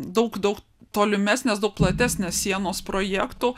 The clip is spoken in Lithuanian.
daug daug tolimesnės daug platesnės sienos projektų